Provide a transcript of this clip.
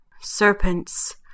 Serpents